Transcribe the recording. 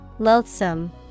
Loathsome